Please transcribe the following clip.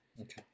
Okay